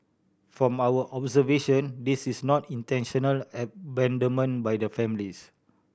from our observations this is not intentional abandonment by the families